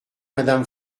madame